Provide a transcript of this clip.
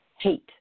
Hate